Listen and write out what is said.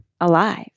alive